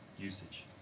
usage